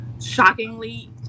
shockingly